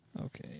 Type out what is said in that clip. Okay